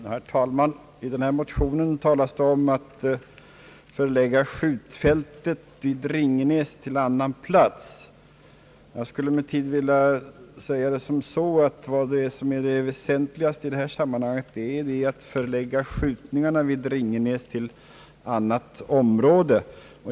Herr talman! I dessa motioner talas om att förlägga skjutfältet i Ringenäs till annan plats. Jag skulle emellertid vilja säga att det väsentliga i detta sammanhang är att förlägga skjutningarna vid Ringenäs till annat område.